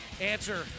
answer